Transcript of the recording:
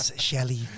Shelly